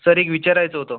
sir एक विचारायचं होतं